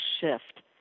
shift